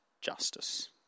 justice